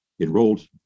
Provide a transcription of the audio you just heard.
enrolled